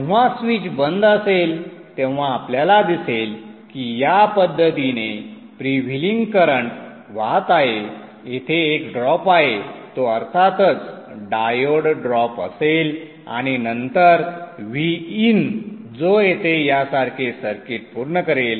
जेव्हा स्विच बंद असेल तेव्हा आपल्याला दिसेल की या पद्धतीने फ्रीव्हीलिंग करंट वाहत आहे येथे एक ड्रॉप आहे तो अर्थातच डायोड ड्रॉप असेल आणि नंतर Vin जो येथे यासारखे सर्किट पूर्ण करेल